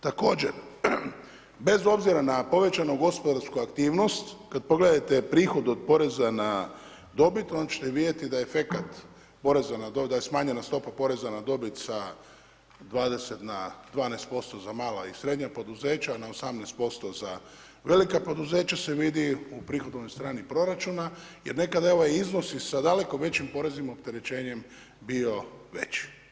Također, bez obzira na povećanu gospodarsku aktivnost, kad, pogledajte prihod od poreza na dobit, onda će te vidjeti da je efekat poreza na, da je smanjena stopa poreza na dobit sa 20 na 12% za mala i srednja poduzeća, na 18% za velika poduzeća, se vidi u prihodovnoj strani proračuna, jer nekad je ovaj iznos sa daleko većim poreznim opterećenjem bio veći.